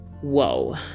Whoa